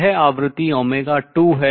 यह आवृत्ति 2 है